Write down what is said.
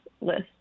list